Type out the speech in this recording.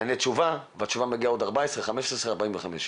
נענה תשובה, התשובה מגיעה תוך 14, 15 עד 45 יום.